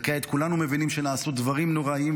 וכעת כולנו מבינים שנעשו דברים נוראיים,